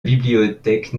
bibliothèque